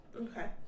Okay